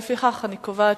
לפיכך אני קובעת